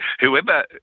Whoever